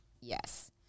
Yes